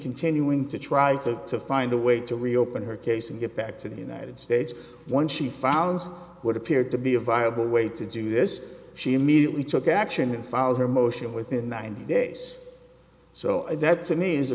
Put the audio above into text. continuing to try to to find a way to reopen her case and get back to the united states when she found what appeared to be a viable way to do this she immediately took action and filed her motion within the ninety days so that to me is a